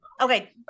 Okay